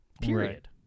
Period